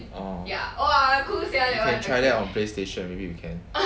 oh you can try that on playstation maybe you can